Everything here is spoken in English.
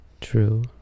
true